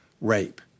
rape